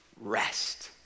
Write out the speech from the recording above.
Rest